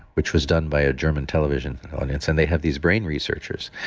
which was done by a german television audience, and they have these brain researchers.